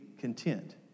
content